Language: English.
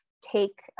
take